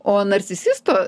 o narcisisto